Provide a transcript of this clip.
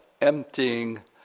emptying